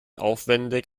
aufwendig